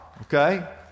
okay